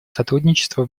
сотрудничество